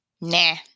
nah